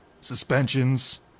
suspensions